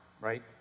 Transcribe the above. right